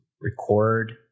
record